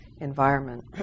environment